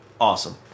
awesome